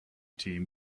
team